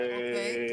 אוקיי,